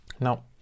Now